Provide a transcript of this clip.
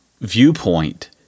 viewpoint